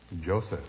Joseph